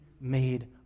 made